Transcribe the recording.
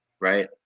right